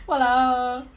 !walao!